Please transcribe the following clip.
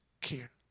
Care